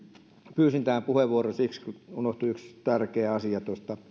pyysin tämän puheenvuoron siksi kun unohtui yksi tärkeä asia tuohon